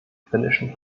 finnischen